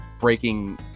breaking